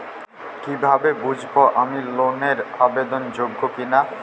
কীভাবে বুঝব আমি লোন এর আবেদন যোগ্য কিনা?